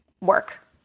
work